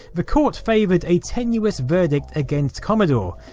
the court favoured a tenuous verdict against commodore,